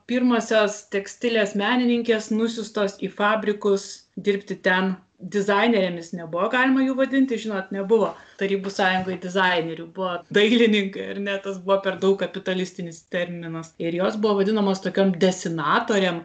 pirmosios tekstilės menininkės nusiųstos į fabrikus dirbti ten dizainerėmis nebuvo galima jų vadinti žinot nebuvo tarybų sąjungoj dizainerių buvo dailininkai ar ne tas buvo per daug kapitalistinis terminas ir jos buvo vadinamos tokiom desinatorėm